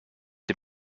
dem